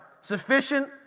Sufficient